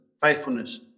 faithfulness